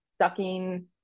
sucking